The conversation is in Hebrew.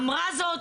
אמרה זאת,